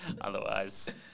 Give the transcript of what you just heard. Otherwise